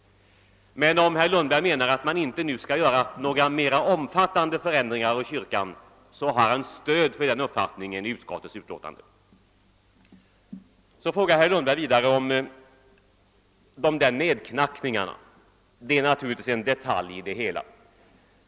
Men om herr Lundberg anser att man inte nu skall vidta några omfattande förändringar av kyrkan, så har han stöd för den uppfattningen i utskottets utlåtande. Herr Lundberg frågade vidare om nedknackningarna. Det är naturligtvis en detalj i det hela.